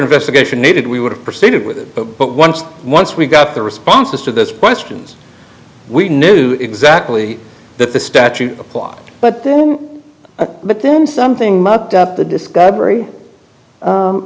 investigation needed we would have proceeded with that but once once we got the responses to this question we knew exactly that the statute applied but then but then something mucked up the discovery